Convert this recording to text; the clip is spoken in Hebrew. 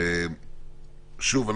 שוב,